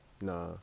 nah